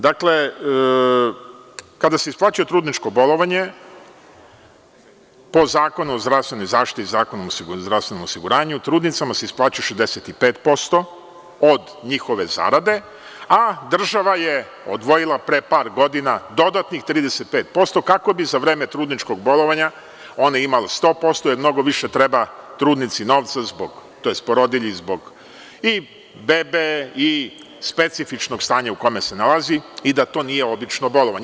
Dakle, kada se isplaćuje trudničko bolovanje, po Zakonu o zdravstvenoj zaštiti i Zakonu o zdravstvenom osiguranju, trudnicama se isplaćuje 65% od njihove zarade, a država je odvojila pre par godina dodatnih 35% kako bi za vreme trudničkog bolovanja one imale 100%, jer mnogo više treba trudnici novca, tj. porodilji zbog bebe i specifičnog stanja u kome se nalazi i da to nije obično bolovanje.